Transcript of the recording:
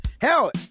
Hell